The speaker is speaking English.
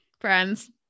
Friends